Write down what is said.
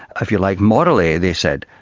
if you like, morally, they said,